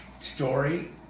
story